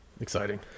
Exciting